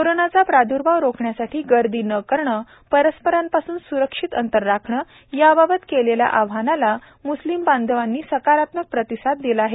कोरोनाचा प्रादुर्भाव रोखण्यासाठी गर्दी न करणं परस्परांपासून स्रक्षित अंतर राखणं याबाबत केलेल्या आवाहनाला म्स्लीम बांधवांनी सकारात्मक प्रतिसाद दिला आहे